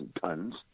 tons